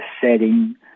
setting